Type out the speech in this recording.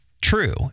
true